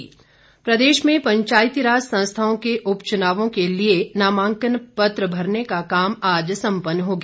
नामांकन प्रदेश में पंचायतीराज संस्थाओं के उपचुनावों के लिए नामांकन पत्र भरने का काम आज संपन्न हो गया